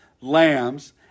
lambs